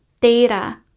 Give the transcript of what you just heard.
data